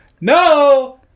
No